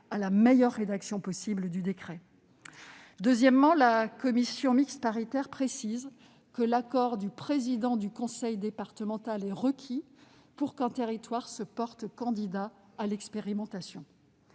à la meilleure rédaction possible du décret. Deuxièmement, la commission mixte paritaire précise que l'accord du président du conseil départemental est requis pour qu'un territoire se porte candidat à l'expérimentation.